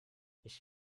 ich